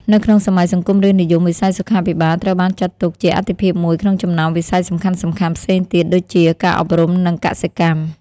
នៅក្នុងសម័យសង្គមរាស្រ្តនិយម វិស័យសុខាភិបាលត្រូវបានចាត់ទុកជាអាទិភាពមួយក្នុងចំណោមវិស័យសំខាន់ៗផ្សេងទៀតដូចជា ការអប់រំ និងកសិកម្ម។